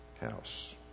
house